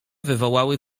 wywołały